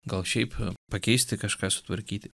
gal šiaip pakeisti kažką sutvarkyti